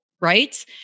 right